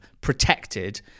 protected